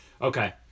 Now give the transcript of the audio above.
Okay